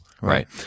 Right